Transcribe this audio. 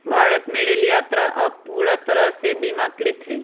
भारत में रेल यात्रा अब पूरा तरह से बीमाकृत हई